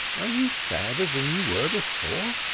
are you sadder than you were before?